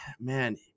man